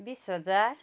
बिस हजार